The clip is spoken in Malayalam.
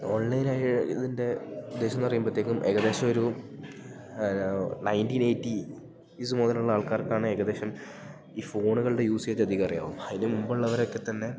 ഓൺലൈൻ ആയി അതിൻ്റെ ഉദ്ദേശം എന്നു പറയുമ്പോഴത്തേക്കും ഏകദേശം ഒരു നയൻ്റീൻ എയ്റ്റീസ് മുതലുള്ള ആൾക്കാർക്കാണ് ഏകദേശം ഈ ഫോണുകളുടെ യൂസേജ് അധികം അറിയാനാവും അതിന് മുമ്പുള്ളവരൊക്കെ തന്നെ